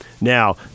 Now